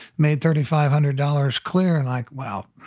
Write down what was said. made thirty-five hundred dollars clear, and like well